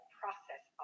process